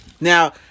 Now